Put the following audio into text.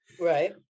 Right